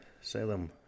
Salem